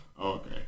Okay